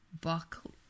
buckle